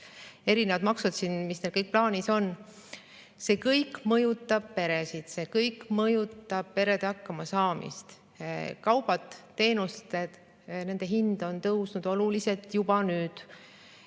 erinevad maksud on plaanis. See kõik mõjutab peresid, see kõik mõjutab perede hakkamasaamist. Kaupade ja teenuste hind on tõusnud oluliselt juba nüüd.